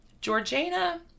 Georgina